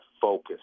focus